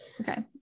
Okay